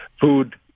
food